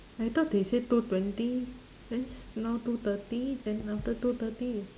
I thought they say two twenty then s~ now two thirty then after two thirty it